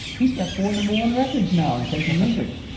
he's got four number one records now in country music.